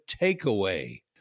takeaway